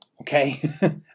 okay